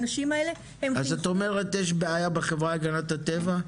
אז את אומרת שיש בעיה בחברה להגנת הטבע,